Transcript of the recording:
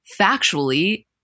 factually